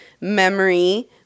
memory